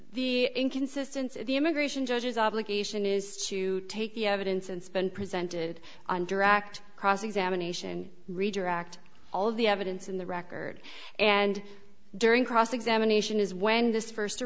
the inconsistency of the immigration judges obligation is to take the evidence and spend presented on direct cross examination redirect all of the evidence in the record and during cross examination is when this first a